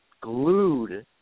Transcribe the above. glued